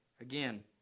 Again